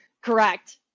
Correct